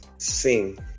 Sing